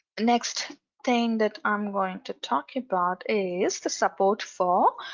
next thing that i'm going to talk about is the support for